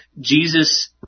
Jesus